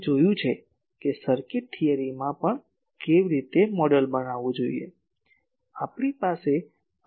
તેથી આપણે જોયું છે કે સર્કિટ થિયરીમાં પણ કેવી રીતે મોડેલ બનાવવું આપણી પાસે આ એન્ટેના મોડેલ હોઈ શકે છે